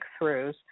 breakthroughs